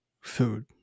food